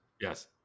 Yes